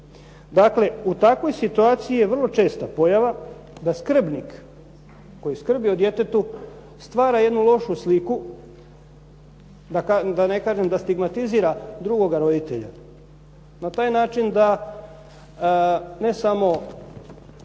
Dakle, u takvoj situaciji je vrlo česta pojava da skrbnik koji skrbi o djetetu stvara jednu lošu sliku, da ne kažem da stigmatizira drugoga roditelja na taj način da ne samo